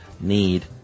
need